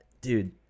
dude